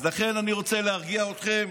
אז לכן אני רוצה להרגיע אתכם